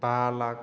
बा लाख